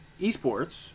esports